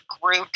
group